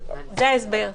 זה ההסבר.